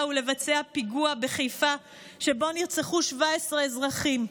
ולבצע פיגוע בחיפה שבו נרצחו 17 אזרחים,